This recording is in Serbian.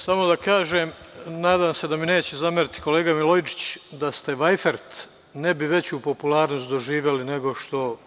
Samo da kažem, nadam se da mi neće zameriti kolega Milojičić, da ste Vajfert ne bi veću popularnost doživeli nego što,